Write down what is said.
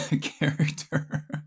character